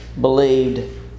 believed